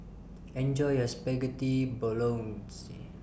Enjoy your Spaghetti Bolognese